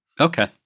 Okay